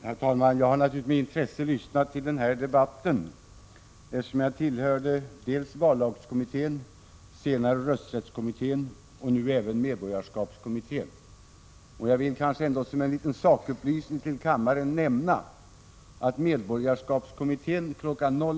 Herr talman! Jag har naturligtvis med intresse lyssnat till debatten, eftersom jag tillhört vallagskommittén, senare rösträttskommittén och nu även medborgarskapskommittén. Jag vill som en liten sakupplysning till kammaren nämna att medborgarskapskommittén kl.